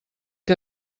que